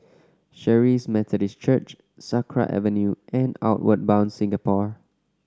Charis Methodist Church Sakra Avenue and Outward Bound Singapore